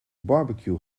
barbecue